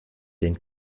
den